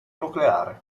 nucleare